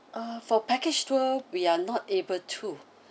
uh for package tour we are not able to